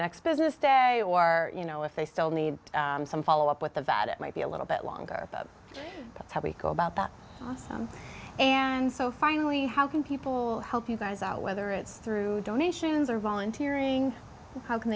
next business day or you know if they still need some follow up with the vat it might be a little bit longer that's how we go about that and so finally how can people help you guys out whether it's through donations or volunteering how can